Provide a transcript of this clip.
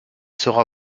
sera